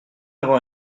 avoir